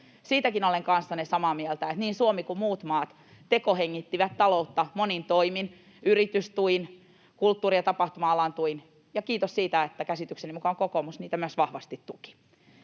Siitäkin olen kanssanne samaa mieltä, että niin Suomi kuin muut maat tekohengittivät taloutta monin toimin: yritystuin, kulttuuri- ja tapahtuma-alan tuin. Ja kiitos siitä, että käsitykseni mukaan kokoomus niitä myös vahvasti tuki.